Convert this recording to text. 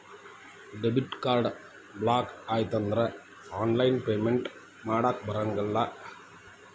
debit card block ಆಯ್ತಂದ್ರ online payment ಮಾಡಾಕಬರಲ್ಲ